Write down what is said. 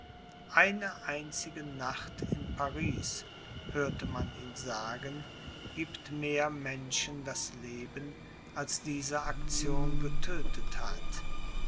eine einzige nacht in paris hörte man ihn sagen gibt mehr menschen das leben als diese aktion getödtet hat